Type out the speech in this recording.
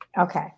Okay